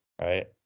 right